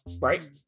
Right